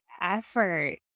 effort